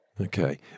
Okay